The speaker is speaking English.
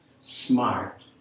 smart